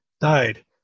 died